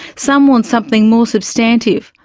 some want something more substantive,